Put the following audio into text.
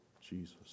Jesus